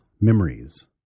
memories